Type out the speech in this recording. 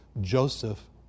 Joseph